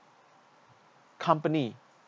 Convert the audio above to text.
company